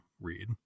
read